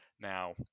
Now